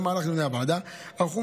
במהלך דיוני הוועדה ערכנו